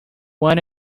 want